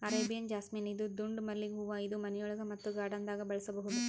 Arabian jasmine ಇದು ದುಂಡ್ ಮಲ್ಲಿಗ್ ಹೂವಾ ಇದು ಮನಿಯೊಳಗ ಮತ್ತ್ ಗಾರ್ಡನ್ದಾಗ್ ಬೆಳಸಬಹುದ್